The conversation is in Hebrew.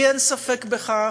לי אין ספק בכך,